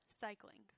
cycling